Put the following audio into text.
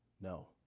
No